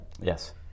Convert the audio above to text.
Yes